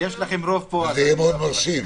זו עבודה מאוד מאוד יסודית,